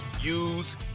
use